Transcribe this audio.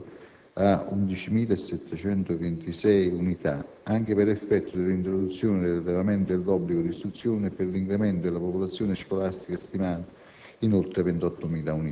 Questo numero si è ridotto a 11.726 unità anche per effetto dell'introduzione dell'elevamento dell'obbligo di istruzione e per l'incremento della popolazione scolastica, stimato